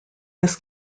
this